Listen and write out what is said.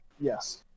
Yes